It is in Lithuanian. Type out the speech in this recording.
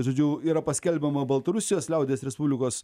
žodžiu yra paskelbiama baltarusijos liaudies respublikos